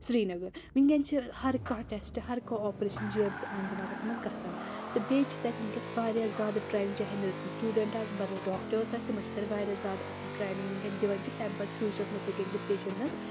سریٖنگر وٕنکؠن چھِ ہر کانٛہہ ٹیَسٹہٕ ہر کانٛہہ آپرَیٚشَن جی ایم سی اَننت ناگس منٛز گژھان تہٕ بیٚیہِ چھِ تَتہِ وٕنکیٚس واریاہ زیادٕ ٹَرٛینِنٛگ چاہے نٔرسِنٛگ سٹوٗڈنٛٹ آسہِ بَدل ڈاکٹٲرَس آسہِ تِمَن چھِ تَتہِ واریاہ زیادٕ اَصٕل ٹرینِنٛگ وٕنکؠن دِوان کہِ تَمہِ پَتہٕ فیوٗچَرَس منٛز ہیٚکن تِم پَیشَنٹَن